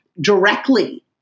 directly